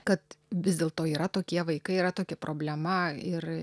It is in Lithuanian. kad vis dėlto yra tokie vaikai yra tokia problema ir